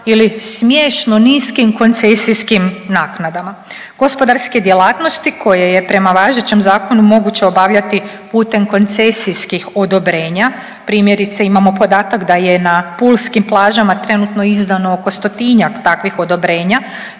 ili smiješno niskim koncesijskim naknadama. Gospodarske djelatnosti koje je prema važećem zakonu moguće obavljati putem koncesijskih odobrenja, primjerice, imamo podatak da je na pulskim plažama trenutno izdano oko 100-tinjak takvih odobrenja,